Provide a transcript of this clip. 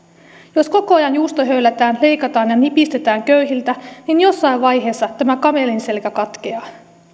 jos koko ajan juustohöylätään leikataan ja nipistetään köyhiltä niin jossain vaiheessa tämä kamelin selkä katkeaa